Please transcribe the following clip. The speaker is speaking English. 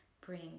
bring